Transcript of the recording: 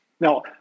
Now